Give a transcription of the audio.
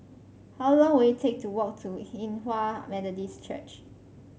how long will it take to walk to Hinghwa Methodist Church